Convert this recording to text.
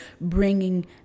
bringing